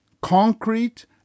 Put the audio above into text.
concrete